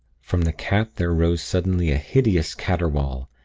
from the cat there rose suddenly a hideous caterwaul,